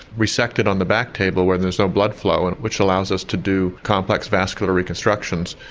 resect it on the back table where there's no blood flow and which allows us to do complex vascular reconstructions.